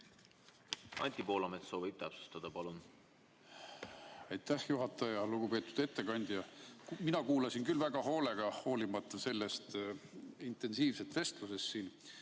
Anti Poolamets soovib täpsustada. Palun! Aitäh, juhataja! Lugupeetud ettekandja! Mina kuulasin küll väga hoolega, hoolimata sellest intensiivsest vestlusest siin.